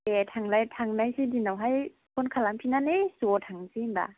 दे थांलाय थांलायसै दिनाव हाय फन खालामफिननानै ज' थांसै होमब्ला